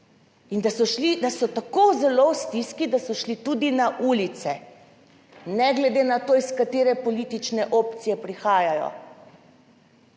da so tako zelo v stiski, da so šli tudi na ulice, ne glede na to iz katere politične opcije prihajajo.